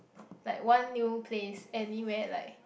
like one new place anywhere like